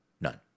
None